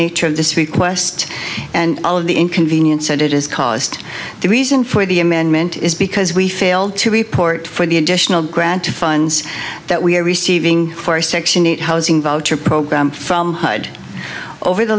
nature of this request and all of the inconvenience said it has caused the reason for the amendment is because we failed to report for the additional grant funds that we are receiving for section eight housing voucher program from hyde over the